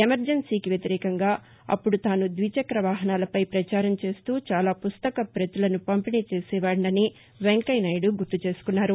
ఎమర్జెన్సీకి వ్యతిరేకంగా అప్పుడు తాను ద్విచక్రవాహనాలపై ప్రచారం చేస్తూ చాలా పుస్తక పతులను పంపిణీ చేసేవాడినని వెంకయ్యనాయుడు గుర్తుచేసుకున్నారు